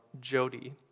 Jody